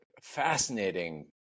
fascinating